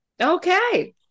Okay